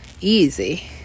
easy